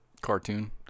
cartoon